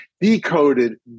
decoded